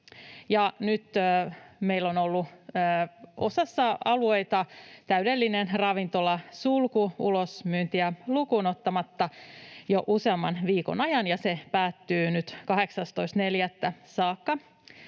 nyt meillä on ollut osassa alueita täydellinen ravintolasulku ulosmyyntiä lukuun ottamatta jo useamman viikon ajan, ja se kestää nyt 18.4. saakka.